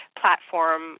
platform